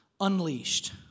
unleashed